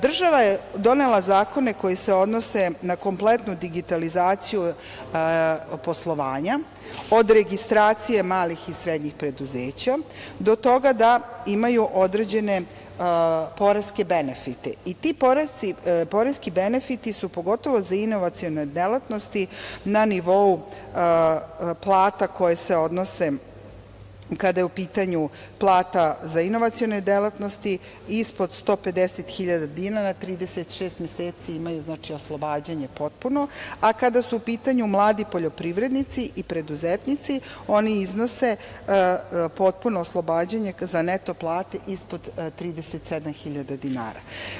Država je donela zakone koji se odnose na kompletnu digitalizaciju poslovanja od registracije malih i srednjih preduzeća do toga da imaju određene poreske benefite i ti poreski benefiti su pogotovo za inovacione delatnosti na nivou plata koje se odnose kada je u pitanju plata za inovacione delatnosti ispod 150.000 dinara 36 meseci imaju znači oslobađanje potpuno a kada su u pitanju mladi poljoprivrednici i preduzetnici oni iznose potpuno oslobađanje za neto plate ispod 37.000 dinara.